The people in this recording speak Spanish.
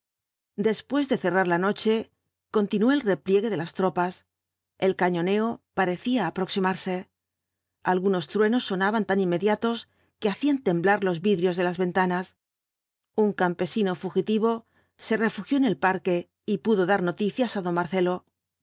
después de cerrar la noche continuó el repliegue de las tropas el cañoneo parecía aproximarse algunos truenos sonaban tan inmediatos que hacían temblar los vidrios de las ventanas un campesino fugitivo se refugió en el parque y pudo dar noticias don marcelo